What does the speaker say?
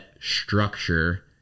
structure